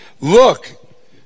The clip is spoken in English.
Look